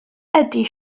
ydy